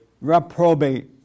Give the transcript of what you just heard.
reprobate